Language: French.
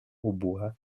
hautbois